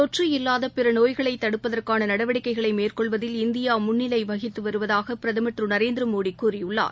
தொற்று இல்லாத பிற நோய்களை தடுப்பதற்கான நடவடிக்கைகளை மேற்கொள்வதிலும் இந்தியா முன்னிலை வகித்து வருவதாக பிரதமர் திரு நரேந்திரமோடி கூறியுள்ளார்